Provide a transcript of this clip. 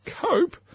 cope